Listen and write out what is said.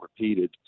repeated